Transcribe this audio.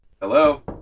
Hello